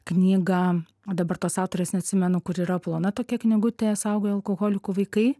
knygą o dabar tos aktorės neatsimenu kur yra plona tokia knygutė saugojo alkoholikų vaikai